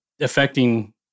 affecting